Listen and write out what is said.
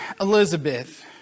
Elizabeth